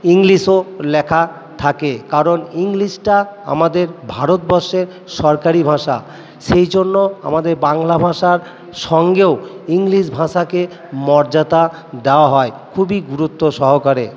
ইংলিশও লেখা থাকে কারণ ইংলিশটা আমাদের ভারতবর্ষের সরকারি ভাষা সেই জন্য আমাদের বাংলা ভাষার সঙ্গেও ইংলিশ ভাষাকে মর্যাদা দেওয়া হয় খুবই গুরুত্ব সহকারে